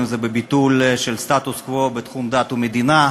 אם בביטול הסטטוס-קוו בתחום דת ומדינה,